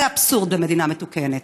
זה אבסורד במדינה מתוקנת.